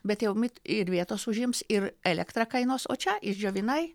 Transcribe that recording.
bet jau mit ir vietos užims ir elektrą kainuos o čia išdžiovinai